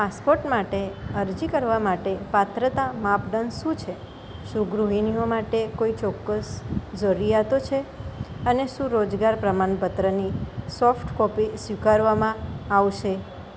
passport માટે અરજી કરવા માટે પાત્રતા માપદંડ શું છે શું ગૃહિણીઓ માટે કોઈ ચોક્કસ જરૂરિયાતો છે અને શું રોજગાર પ્રમાણપત્રની સોફ્ટ કોપી સ્વીકારવામાં આવશે